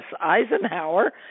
Eisenhower